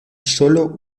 solo